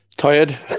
Tired